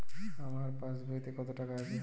আমার পাসবইতে কত টাকা আছে?